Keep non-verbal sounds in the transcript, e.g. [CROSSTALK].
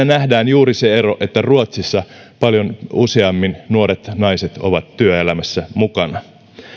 [UNINTELLIGIBLE] nähdään juuri se ero että ruotsissa paljon useammin nuoret naiset ovat työelämässä mukana